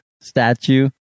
statue